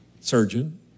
surgeon